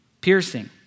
piercing